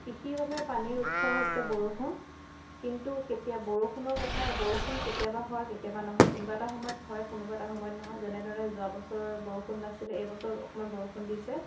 কৃষিৰ বাবে পানীৰ উৎস হৈছে বৰষুণ কিন্তু কেতিয়া বৰষুণৰ কথা বৰষুণ কেতিয়াবা হয় কেতিয়াবা নহয় কোনোবা এটা সময়ত হয় কোনোবা এটা সময়ত নহয় যেনেদৰে যোৱা বছৰ বৰষুণ নাছিলে এই বছৰ অকণমান বৰষুণ দিছে